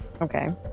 Okay